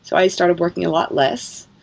so i started working a lot less.